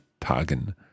Tagen